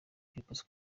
people